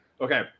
Okay